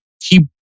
keep